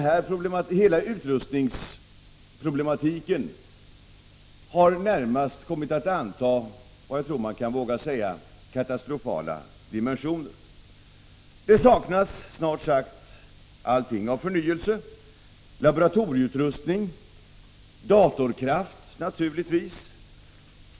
Hela utrustningsproblematiken har kommit att anta — jag tror man kan våga säga så — katastrofala dimensioner. Det saknas snart sagt allting av förnyelse, laboratorieutrustning och naturligtvis datorkraft.